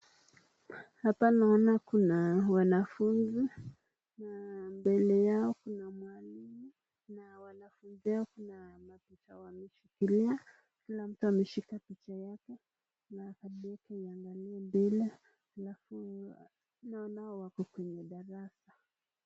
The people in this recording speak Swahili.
Hapa naona kuna wanafunzi, mbele yao kuna mwalimu, na wanafunzi hao kuna picha wameshikilia, kila mtu ameshika picha yake, halafu...wanaangalia mbela, alafu naona wako kwenye darasa.